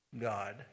God